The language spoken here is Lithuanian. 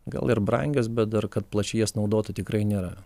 gal ir brangios bet dar kad plačiai jas naudotų tikrai nėra